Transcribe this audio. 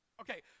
okay